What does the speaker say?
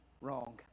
wrong